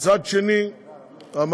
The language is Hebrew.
מצד שני המעביד,